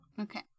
Okay